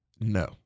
No